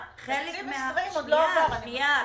תקציב 2020 עוד לא עבר, אני מזכירה.